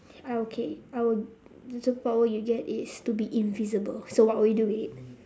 I okay I will the superpower you get is to be invisible so what will you do with it